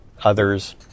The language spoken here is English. others